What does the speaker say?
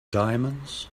diamonds